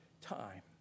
time